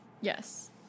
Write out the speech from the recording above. Yes